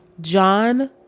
John